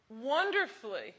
wonderfully